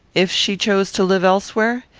if she chose to live elsewhere,